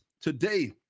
today